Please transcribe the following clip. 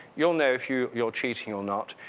you'll know if you you're cheating or not.